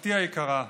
משפחתי היקרה,